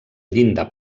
llinda